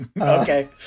Okay